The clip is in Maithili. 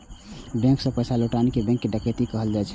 बैंक सं पैसा लुटनाय कें बैंक डकैती कहल जाइ छै